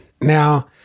Now